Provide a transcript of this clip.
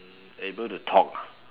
able to talk